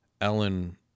Ellen